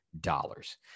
dollars